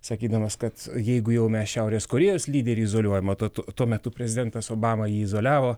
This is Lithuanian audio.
sakydamas kad jeigu jau mes šiaurės korėjos lyderį izoliuojam tad tuo metu prezidentas obama jį izoliavo